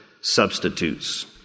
substitutes